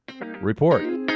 report